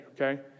okay